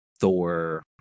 Thor